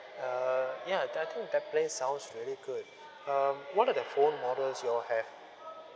uh ya I think that plan sounds really good um what are the phone models you all have